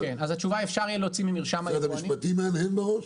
אבל משרד המשפטים מהנהן בראש?